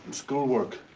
school work.